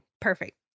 perfect